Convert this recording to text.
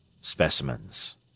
Specimens